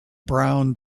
brown